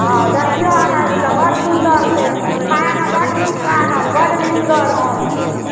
हँ देखियौ अहाँ आबि कऽ बड्ड सुन्दर छै खायमे बड्ड नीक लागत बड्ड मिठगर आम छै